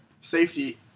safety